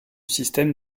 système